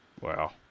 Wow